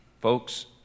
Folks